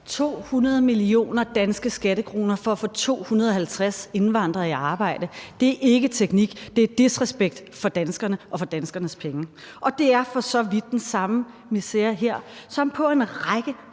200 millioner danske skattekroner for at få 250 indvandrere i arbejde er ikke teknik. Det er disrespekt for danskerne og for danskernes penge, og det er for så vidt den samme misere her som på en række